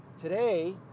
Today